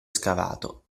scavato